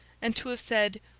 and to have said,